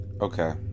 Okay